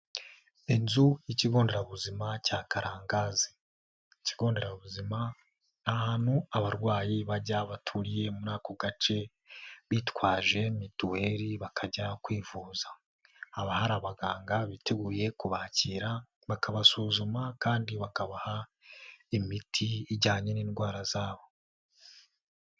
Inzu y'Ikigo nderabuzima cya Karangazi, ikigo nderabuzima ni ahantu abarwayi bajya baturiye muri ako gace bitwaje mituweli bakajya kwivuza, hababa hari abaganga biteguye kubakira, bakabasuzuma kandi bakabaha imiti ijyanye n'indwara zabo.